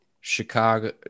Chicago